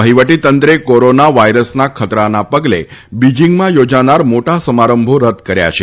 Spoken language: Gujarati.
વહિવટીતંત્રે કોરોના વાયરસના ખતરાના પગલે બિજિંગમાં યોજાનાર મોટા સમારંભો રદ કર્યા છે